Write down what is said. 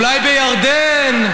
אולי בירדן,